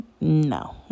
no